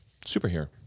superhero